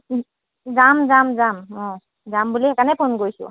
যাম যাম যাম অঁ যাম বুলি সেইকাৰণে ফোন কৰিছোঁ